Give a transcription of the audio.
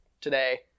today